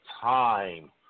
time